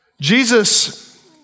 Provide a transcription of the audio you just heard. Jesus